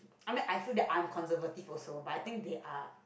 I mean I feel that I'm conservative also but I think they are